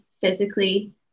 physically